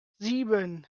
sieben